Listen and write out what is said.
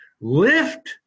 Lift